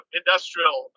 industrial